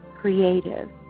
creative